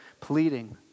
pleading